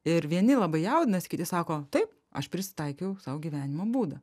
ir vieni labai jaudinasi kiti sako taip aš prisitaikiau sau gyvenimo būdą